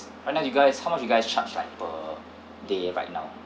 right now you guys how much you guys charge right per day right now